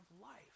life